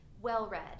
well-read